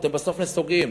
אתם בסוף נסוגים.